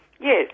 Yes